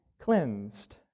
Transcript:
cleansed